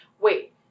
Wait